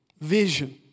vision